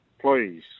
Please